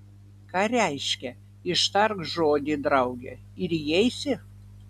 ką reiškia ištark žodį drauge ir įeisi